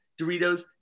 doritos